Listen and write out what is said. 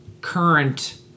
current